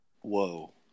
Whoa